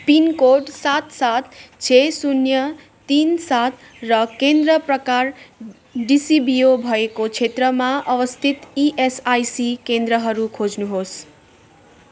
pin code सात सात छ शून्य तिन सात र केन्द्र प्रकार डिसिबिओ भएको क्षेत्रमा अवस्थित इएसआइसी केन्द्रहरू खोज्नुहोस्